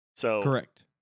Correct